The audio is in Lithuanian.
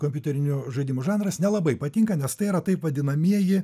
kompiuterinių žaidimų žanras nelabai patinka nes tai yra taip vadinamieji